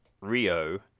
Rio